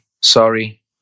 sorry